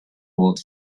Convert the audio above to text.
would